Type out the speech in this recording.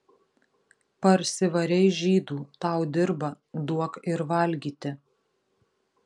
parsivarei žydų tau dirba duok ir valgyti